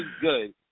good